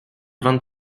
vingt